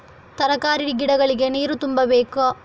ತರಕಾರಿ ಗಿಡಗಳಿಗೆ ನೀರು ತುಂಬಬೇಕಾ?